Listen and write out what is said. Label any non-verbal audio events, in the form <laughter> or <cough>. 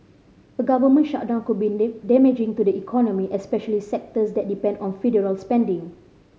a government shutdown could be <unintelligible> damaging to the economy especially sectors that depend on federal spending